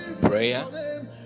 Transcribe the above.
prayer